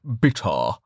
bitter